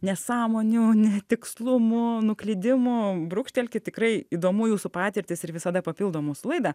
nesąmonių netikslumų nuklydimų brūkštelkit tikrai įdomu jūsų patirtys ir visada papildo mūsų laidą